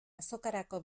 azokarako